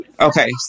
okay